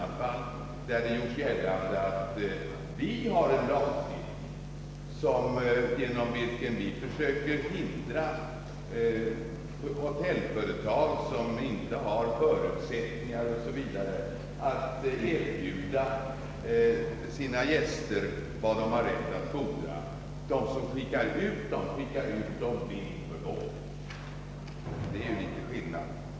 Det har gjorts gällande att vi har en lagstiftning genom vilken vi försöker hindra hotellföretag som inte har förutsättningar O.s. Vv. att erbjuda sina gäster vad de har rätt att fordra. Vad det gäller är ju researrangörer som skickar ut resenärerna vind för våg, och det är ju litet skillnad.